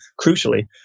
crucially